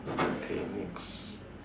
okay next